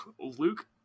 Luke